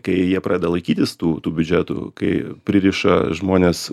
kai jie pradeda laikytis tų tų biudžetų kai pririša žmones